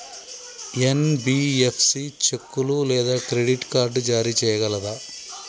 NBFC చెక్కులు లేదా credit card జారీ చేయగలదా?